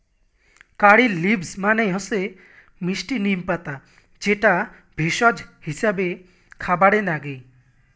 কারী leaves মানে হসে মিস্টি নিম পাতা যেটা ভেষজ হিছাবে খাবারে নাগে